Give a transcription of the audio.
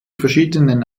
verschiedenen